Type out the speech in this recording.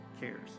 cares